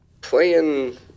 Playing